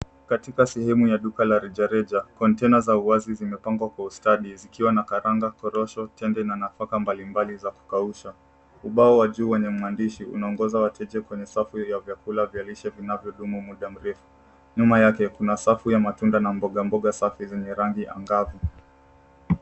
Katika sehemu ya duka la rejareja container za wazi zimepangwa kwa ustadi zikiwa na karanga, korosho, tende na nafaka mbalimbali za kukausha. Ubao wa juu wenye maandishi unaongoza wateja kwenye safu iyo ya vyakula vya lishe vinavyodumu muda mrefu. Nyuma yake kuna safu ya matunda na mbogamboga safi zenye rangi angavu.